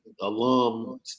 alum